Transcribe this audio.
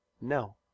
No